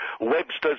Webster's